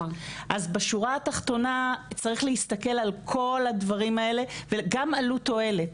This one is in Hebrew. אז בשורה התחתונה צריך להסתכל על כל הדברים האלה וגם עלות-תועלת.